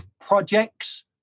projects